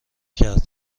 کرد